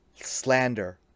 slander